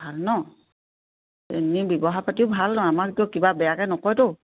ভাল ন এনে ব্যৱহাৰ পাতিও ভাল ন আমাকটো কিবা বেয়াকে নকয়তো